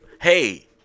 Hey